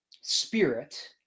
spirit